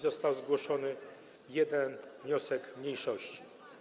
Został zgłoszony jeden wniosek mniejszości.